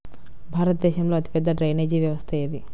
భారతదేశంలో అతిపెద్ద డ్రైనేజీ వ్యవస్థ ఏది?